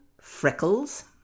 freckles